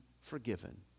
forgiven